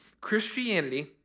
Christianity